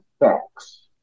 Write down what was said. facts